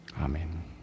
Amen